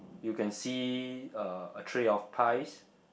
you can see uh a tray of pies